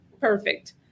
Perfect